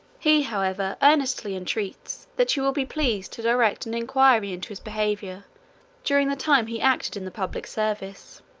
he, however, earnestly entreats that you will be pleased to direct an inquiry into his behaviour during the time he acted in the public service